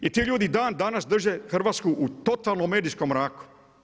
I ti ljudi dandanas drže Hrvatsku u totalnom medijskom mraku.